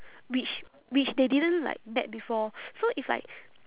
which which they didn't like met before so if like